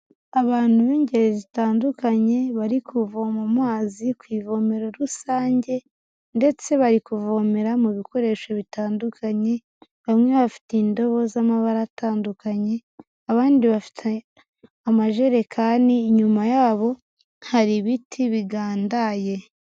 Abantu b'ingeri zitandukanye bari kuvoma amazi ku ivomero rusange, ndetse bari kuvomera mu bikoresho bitandukanye, bamwe bafite indobo z'amabara atandukanye, abandi amajerekani, inyuma yabo hari ibiti bigandaye.